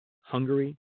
Hungary